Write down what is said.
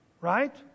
Right